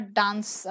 dance